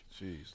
Jeez